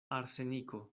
arseniko